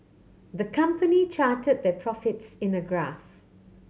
the company charted their profits in a graph